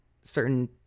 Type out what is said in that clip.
certain